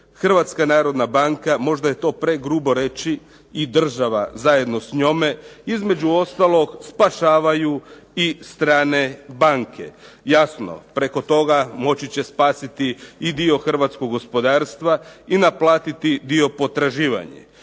jamstvenim fondom HNB, možda je to pregrubo reći, i država zajedno s njome, između ostalog spašavaju i strane banke. Jasno preko toga moći će spasiti i dio hrvatskog gospodarstva i naplatiti dio potraživanja.